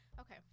Okay